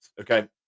Okay